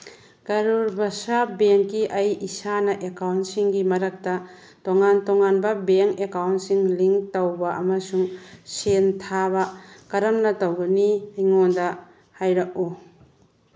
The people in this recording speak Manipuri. ꯀꯔꯨꯔ ꯕꯁ꯭ꯌꯥ ꯕꯦꯡꯛꯀꯤ ꯑꯩ ꯏꯁꯥꯅ ꯑꯦꯛꯀꯥꯎꯟꯁꯤꯡꯒꯤ ꯃꯔꯛꯇ ꯇꯣꯉꯥꯟ ꯇꯣꯉꯥꯟꯕ ꯕꯦꯡꯛ ꯑꯦꯛꯀꯥꯎꯟꯁꯤꯡ ꯂꯤꯡ ꯇꯧꯕ ꯑꯃꯁꯨꯡ ꯁꯦꯜ ꯊꯥꯕ ꯀꯔꯝꯅ ꯇꯧꯒꯅꯤ ꯑꯩꯉꯣꯟꯗ ꯍꯥꯏꯔꯛꯎ